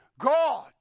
God